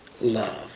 love